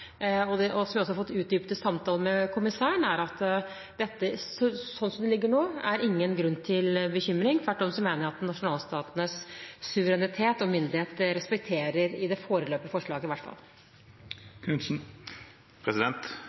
Så den presentasjonen som jeg har fått fra EU så langt, og som vi også har fått utdypet i samtale med kommissæren, tilsier at sånn som det ligger nå, er det ingen grunn til bekymring. Tvert om mener jeg at nasjonalstatenes suverenitet og myndighet respekteres, i det foreløpige forslaget, i hvert fall.